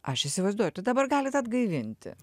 aš įsivaizduoju tai dabar galit atgaivinti